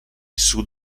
sud